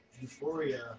Euphoria